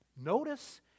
Notice